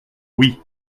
oui